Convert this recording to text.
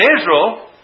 Israel